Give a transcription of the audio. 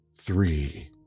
three